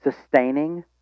sustaining